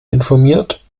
informiert